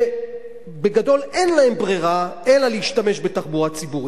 שבגדול אין להן ברירה אלא להשתמש בתחבורה ציבורית,